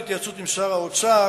בהתייעצות עם שר האוצר,